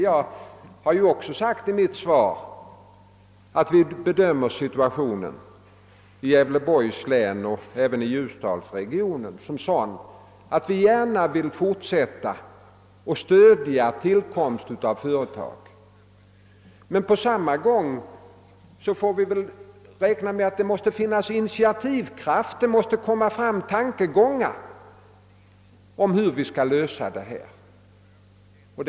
Jag har också sagt i mitt svar att vi bedömer situationen i Gävleborgs län och även i Ljusdalsregionen som sådan att vi gärna vill fortsätta att stödja tillkomsten av företag. På samma gång får vi emellertid räkna med att det måste finnas initiativkraft, att det måste komma fram uppslag till hur vi skall lösa detta problem.